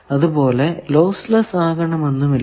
അതുപോലെ lossless ആകണമെന്നും ഇല്ല